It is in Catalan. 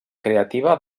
creativa